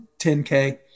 10K